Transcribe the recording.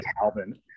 calvin